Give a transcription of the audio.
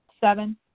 Seven